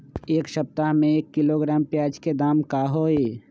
एक सप्ताह में एक किलोग्राम प्याज के दाम का होई?